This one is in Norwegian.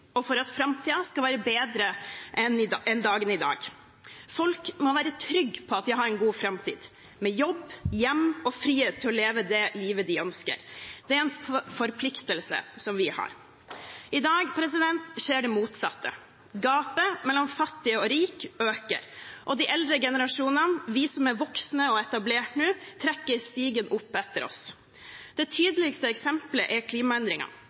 og for at framtiden skal være bedre enn dagen i dag. Folk må være trygg på at de har en god framtid, med jobb, hjem og frihet til å leve det livet de ønsker. Det er en forpliktelse som vi har. I dag skjer det motsatte. Gapet mellom fattig og rik øker, og de eldre generasjonene, vi som er voksne og etablert nå, trekker stigen opp etter oss. Det tydeligste eksempelet er klimaendringene